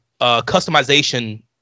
customization